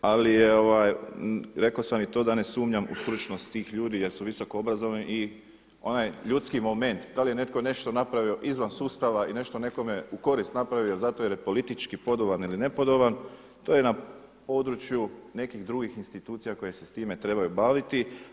Ali rekao sam i to da ne sumnjam u stručnost tih ljudi jer su visokoobrazovani i onaj ljudski moment da li je netko nešto napravio izvan sustava i nešto nekome u korist napravio zato jer je politički podoban ili nepodoban to je na području nekih drugih institucija koje se s time trebaju baviti.